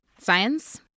science